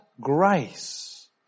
grace